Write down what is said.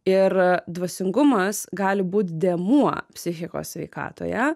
ir dvasingumas gali būt dėmuo psichikos sveikatoje